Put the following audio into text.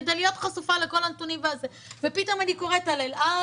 כדי להיות חשופה לכל הנתונים ופתאום אני קוראת על אל על